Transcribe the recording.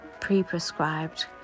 pre-prescribed